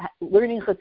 learning